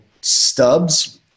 stubs